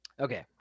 Okay